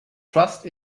trust